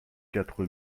quatre